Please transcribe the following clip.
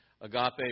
Agape